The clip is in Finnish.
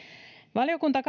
valiokunta katsoo